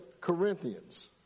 Corinthians